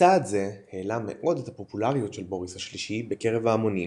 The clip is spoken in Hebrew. צעד זה העלה מאוד את הפופולריות של בוריס השלישי בקרב ההמונים